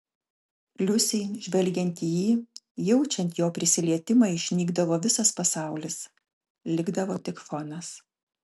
liusei žvelgiant į jį jaučiant jo prisilietimą išnykdavo visas pasaulis likdavo tik fonas